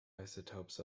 isotopes